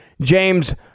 James